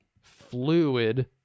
fluid